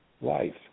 life